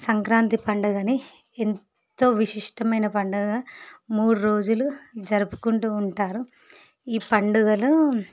సంక్రాంతి పండుగని ఎంతో విశిష్టమైన పండుగగా మూడు రోజులు జరుపుకుంటూ ఉంటారు ఈ పండుగలో